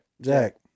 Jack